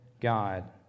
God